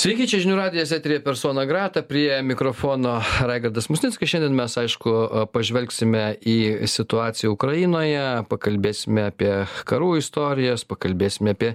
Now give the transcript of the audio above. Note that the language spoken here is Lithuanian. sveiki čia žinių radijas eteryje persona grata prie mikrofono raigardas musnickas šiandien mes aišku pažvelgsime į situaciją ukrainoje pakalbėsime apie karų istorijas pakalbėsime apie